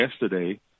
yesterday